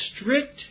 strict